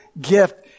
gift